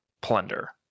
plunder